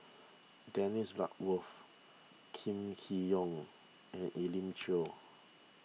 Dennis Bloodworth Kam Kee Yong and Elim Chew